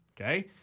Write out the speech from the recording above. Okay